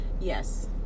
Yes